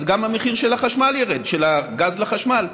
אז גם המחיר של הגז לחשמל ירד.